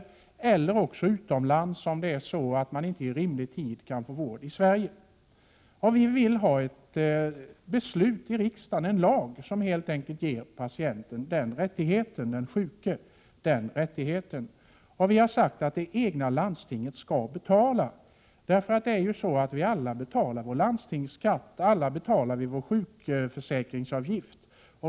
Om man inte i rimlig tid kan få vård i Sverige skall man ha rätt att söka vård utomlands. Vi vill ha ett beslut i riksdagen om en lag som helt enkelt ger den sjuke den rättigheten. Vi har sagt att det egna landstinget skall betala. Vi betalar ju alla vår landstingsskatt och vår sjukförsäkringsavgift.